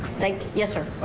thank you sir